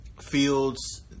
Fields